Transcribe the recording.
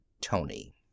Tony